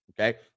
Okay